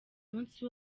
munsi